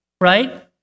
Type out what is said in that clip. right